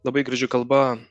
labai graži kalba